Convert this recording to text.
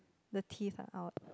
the teeth are out